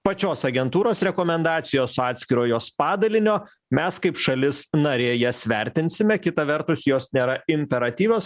pačios agentūros rekomendacijos atskiro jos padalinio mes kaip šalis narė jas vertinsime kita vertus jos nėra imperatyvios